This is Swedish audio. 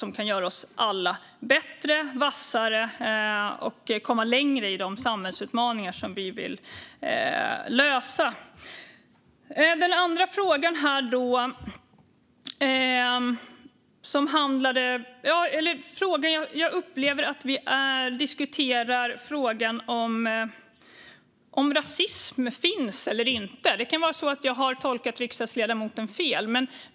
Det kan göra oss alla bättre och vassare och ta oss längre i de samhällsutmaningar vi vill lösa. Jag upplever att vi diskuterar frågan om rasism finns eller inte, men det kan vara så att jag har tolkat riksdagsledamoten fel.